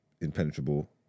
impenetrable